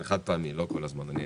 חברים, יש